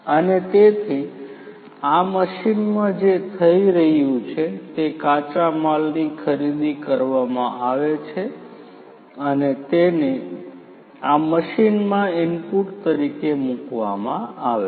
અને તેથી આ મશીનમાં જે થઈ રહ્યું છે તે કાચા માલની ખરીદી કરવામાં આવે છે અને તેને આ મશીનમાં ઇનપુટ તરીકે મૂકવામાં આવે છે